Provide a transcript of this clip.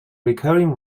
recurring